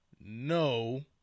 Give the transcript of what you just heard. No